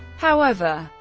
however,